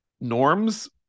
norms